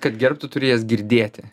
kad gerbtų turi jas girdėti